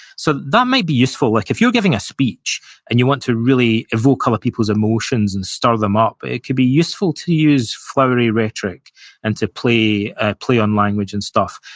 so, that might be useful, like if you're giving a speech and you want to really evoke other um people's emotions and stir them up, it could be useful to use flowery rhetoric and to play ah play on language and stuff,